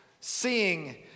seeing